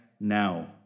now